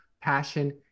Passion